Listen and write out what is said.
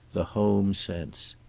the home sense.